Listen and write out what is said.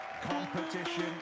competition